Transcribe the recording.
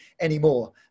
anymore